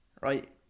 right